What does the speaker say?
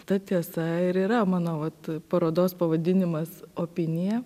ta tiesa ir yra mano vat parodos pavadinimas opinija